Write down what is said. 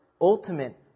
ultimate